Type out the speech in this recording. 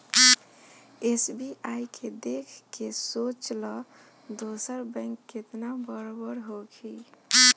SBI के देख के सोच ल दोसर बैंक केतना बड़ बड़ होखी